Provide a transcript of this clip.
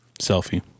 selfie